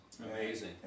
Amazing